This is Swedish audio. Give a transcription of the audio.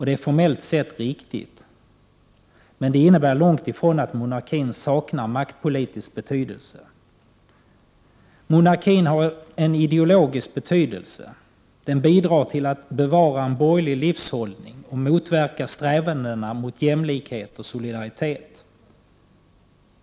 Det är formellt sett riktigt, men det innebär långt ifrån att monarkin saknar maktpolitisk betydelse. Monarkin har en ideologisk betydelse. Den bidrar till att bevara en borgerlig livshållning och motverkar strävandena mot jämlikhet och solidaritet.